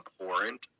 abhorrent